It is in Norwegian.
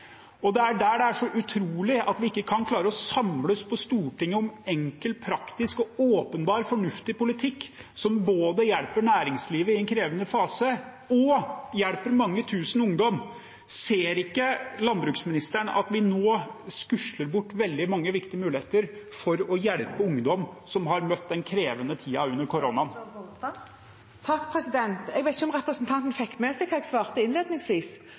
Det er der det er så utrolig at vi ikke kan klare å samle oss på Stortinget om en enkel, praktisk og åpenbart fornuftig politikk som både hjelper næringslivet i en krevende fase og hjelper mange tusen ungdom. Ser ikke landbruksministeren at vi nå skusler bort veldig mange viktige muligheter for å hjelpe ungdom som har møtt den krevende tiden under koronaen? Jeg vet ikke om representanten fikk med seg hva jeg svarte innledningsvis.